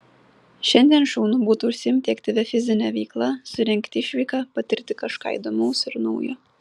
šiandien šaunu būtų užsiimti aktyvia fizine veikla surengti išvyką patirti kažką įdomaus ir naujo